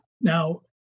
now